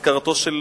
אזכרתו של